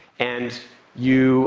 and you